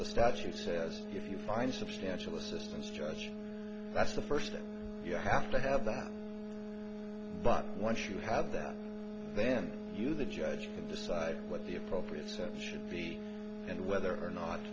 the statute says if you find substantial assistance to us that's the first thing you have to have that but once you have that then you the judge decide what the appropriate steps should be and whether or not